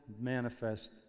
manifest